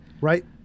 Right